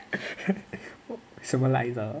什么来的